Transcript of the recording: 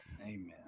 Amen